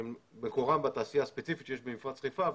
שמקורם בתעשייה הספציפית שיש במפרץ חיפה.